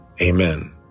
Amen